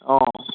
অঁ